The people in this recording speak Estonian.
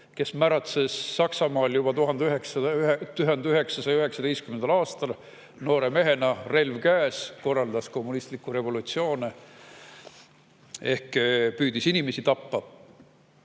kes märatses Saksamaal juba 1919. aastal noore mehena, relv käes, korraldas kommunistlikku revolutsiooni ehk püüdis inimesi tappa.